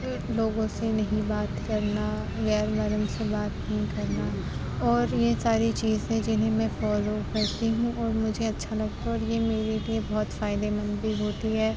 لوگوں سے نہیں بات کرنا غیر محرم سے بات نہیں کرنا اور یہ ساری چیزیں جنہیں میں فالو کرتی ہوں اور مجھے اچھا لگتا ہے اور یہ میرے لیے بہت فائدہ مند بھی ہوتی ہے